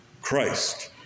Christ